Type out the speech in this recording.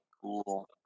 Cool